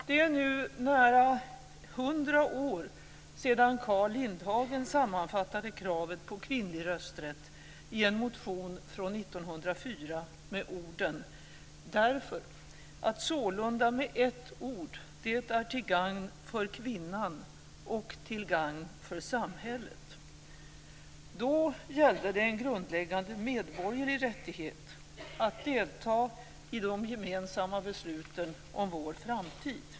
Det är nu nära 100 år sedan Carl Lindhagen sammanfattade kravet på kvinnlig rösträtt i en motion från 1904 med orden "därför att sålunda med ett ord det är till gagn för kvinnan och till gagn för samhället". Då gällde det en grundläggande medborgerlig rättighet, dvs. att delta i de gemensamma besluten om vår framtid.